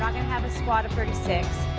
um gonna have a squad of thirty six.